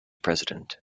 president